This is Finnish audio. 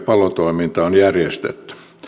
palotoiminta on järjestetty